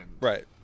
Right